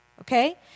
okay